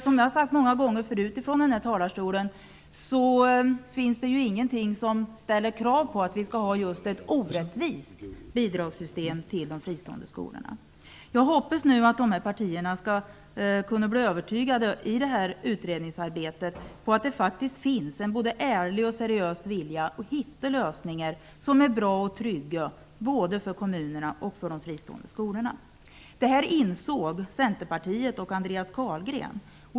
Som jag har sagt många gånger förut finns det ingenting som ställer krav på att vi skall ha ett orättvist bidragssystem till de fristående skolorna. Jag hoppas att dessa partier skall bli övertygade av utredningsarbetet om att det faktiskt finns både en ärlig och en seriös vilja att hitta lösningar som är både bra och trygga för såväl kommunerna som de fristående skolorna. Detta insåg Centerpartiet och Andreas Carlgren.